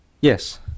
yes